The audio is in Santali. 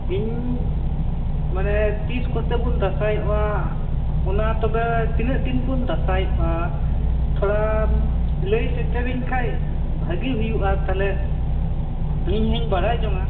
ᱤᱧ ᱢᱟᱱᱮ ᱛᱤᱥ ᱠᱚᱛᱮ ᱵᱚᱱ ᱫᱟᱥᱟᱸᱭᱚᱜ ᱟ ᱚᱱᱟ ᱛᱚᱵᱮ ᱛᱤᱱᱟ ᱜ ᱫᱤᱱ ᱵᱚᱱ ᱫᱟᱥᱟᱸᱭᱚᱜ ᱟ ᱛᱷᱚᱲᱟᱢ ᱞᱟ ᱭ ᱥᱮᱴᱮᱨᱟ ᱧ ᱠᱷᱟᱱ ᱵᱷᱟᱜᱮ ᱜᱮ ᱦᱩᱭᱩᱜ ᱟ ᱛᱟᱞᱦᱮ ᱤᱧ ᱦᱚᱧ ᱵᱟᱲᱟᱭ ᱡᱚᱝ ᱟ